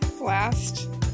last